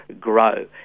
grow